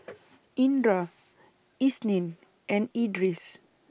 Indra Isnin and Idris